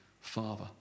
Father